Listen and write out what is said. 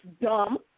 dumb